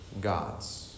gods